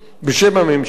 בשם הממשלה,